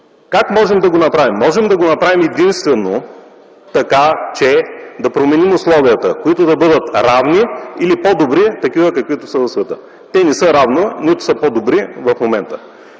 Как можем да го направим? Можем да го направим единствено като променим условията, които да бъдат равни или по-добри, такива каквито са в света. Те не са равни, нито са по-добри в момента.